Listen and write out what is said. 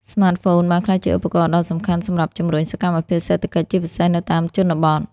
ស្មាតហ្វូនបានក្លាយជាឧបករណ៍ដ៏សំខាន់សម្រាប់ជំរុញសកម្មភាពសេដ្ឋកិច្ច ជាពិសេសនៅតាម ជនបទ។